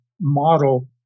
model